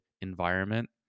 environment